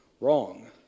wrong